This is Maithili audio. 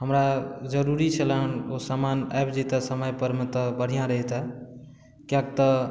हमरा जरूरी छलै हैं ओ सामान आबि जइते समय पर तऽ बढ़िऑं रहितै किआक तऽ